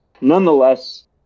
nonetheless